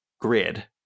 grid